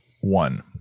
One